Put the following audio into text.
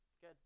good